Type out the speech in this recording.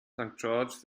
george’s